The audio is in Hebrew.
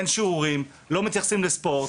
אין שיעורים ולא מתייחסים לספורט